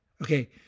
Okay